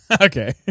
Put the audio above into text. Okay